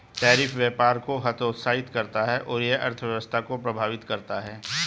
tariff व्यापार को हतोत्साहित करता है और यह अर्थव्यवस्था को प्रभावित करता है